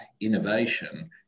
innovation